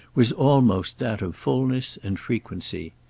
was almost that of fulness and frequency.